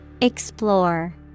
Explore